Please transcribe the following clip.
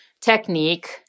technique